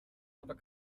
aber